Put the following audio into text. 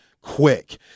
quick